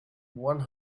one